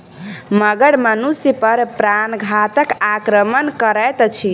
मगर मनुष पर प्राणघातक आक्रमण करैत अछि